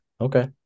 Okay